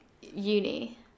uni